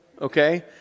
Okay